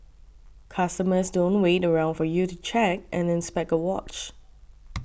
customers don't wait around for you to check and inspect a watch